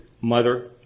mother